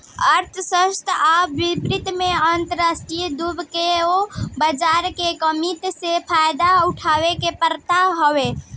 अर्थशास्त्र आ वित्त में आर्बिट्रेज दू गो बाजार के कीमत से फायदा उठावे के प्रथा हवे